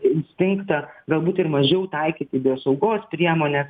instinktą galbūt ir mažiau taikyti biosaugos priemones